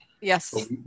Yes